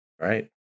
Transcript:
Right